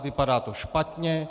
Vypadá to špatně.